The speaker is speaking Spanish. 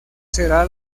será